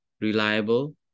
reliable